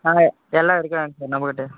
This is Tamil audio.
ஆ எல்லாம் இருக்கிறாங்க சார் நம்ம கிட்ட